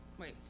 Wait